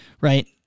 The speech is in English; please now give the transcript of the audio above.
right